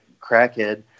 crackhead